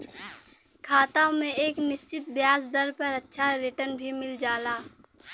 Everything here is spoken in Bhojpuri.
खाता में एक निश्चित ब्याज दर पर अच्छा रिटर्न भी मिल जाला